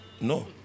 No